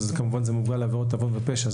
כמובן אלה עבירות עוון ופשע.